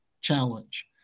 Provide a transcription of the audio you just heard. challenge